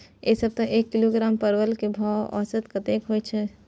ऐ सप्ताह एक किलोग्राम परवल के भाव औसत कतेक होय सके छै?